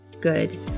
good